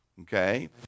Okay